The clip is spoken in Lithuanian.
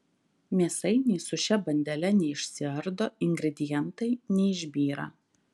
mėsainiai su šia bandele neišsiardo ingredientai neišbyra